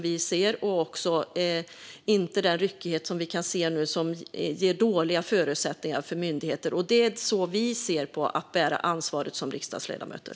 Det ska inte vara den ryckighet som vi nu kan se och som ger dåliga förutsättningar för myndigheter. Så ser vi på att bära ansvar som riksdagsledamöter.